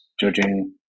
judging